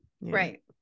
right